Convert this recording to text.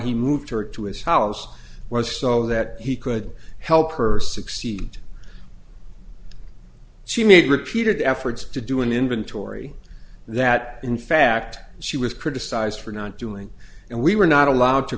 he moved her to his house was so that he could help her succeed she made repeated efforts to do an inventory that in fact she was criticized for not doing and we were not allowed to